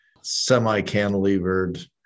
semi-cantilevered